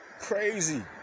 Crazy